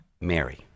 Mary